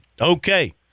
Okay